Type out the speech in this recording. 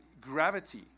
gravity